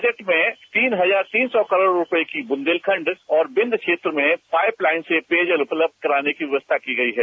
budget में तीन हजार तीन सौ करोड़ रुपए की बुंदेलखंड और विंध्य क्षेत्र में पाइप लाइन से पेयजल उपलब्ध कराने की व्यवस्था की गई है